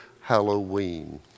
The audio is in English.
Halloween